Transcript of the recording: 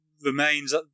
remains